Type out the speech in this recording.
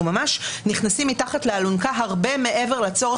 אנחנו ממש נכנסים מתחת לאלונקה הרבה מעבר לצורך.